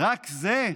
רק זה?